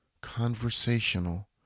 conversational